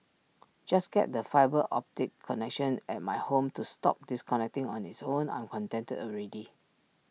just get the fibre optic connection at my home to stop disconnecting on its own I'm contented already